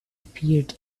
appeared